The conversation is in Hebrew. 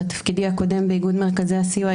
בתפקידי הקודם באיגוד מרכזי הסיוע,